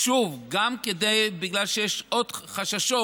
שוב, גם בגלל שיש עוד חששות,